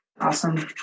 Awesome